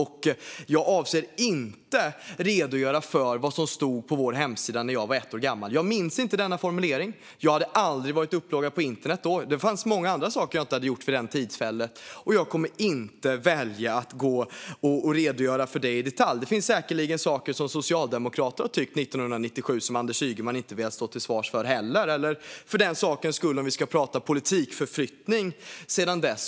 Jag avser inte att redogöra för vad som stod på vår hemsida när jag var ett år gammal. Jag minns inte formuleringen. Jag hade aldrig varit inloggad på internet då. Det finns många andra saker jag inte hade gjort vid det tillfället, och jag kommer inte att redogöra för detta i detalj. Det finns säkerligen saker som Socialdemokraterna tyckte 1997 och som Anders Ygeman inte heller vill stå till svars för. Vi kan prata om politikförflyttningar som skett sedan dess.